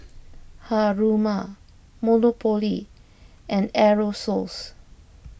Haruma Monopoly and Aerosoles